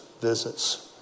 visits